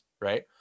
right